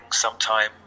Sometime